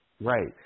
Right